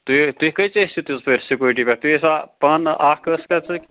تُہۍ تُہۍ کٔژۍ ٲسِو سٕکوٗٹی پٮ۪ٹھ تُہۍ ٲسۍوا پانہٕ